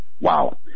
Wow